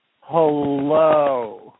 hello